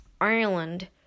Ireland